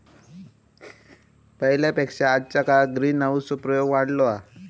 पहिल्या पेक्षा आजच्या काळात ग्रीनहाऊस चो प्रयोग वाढलो हा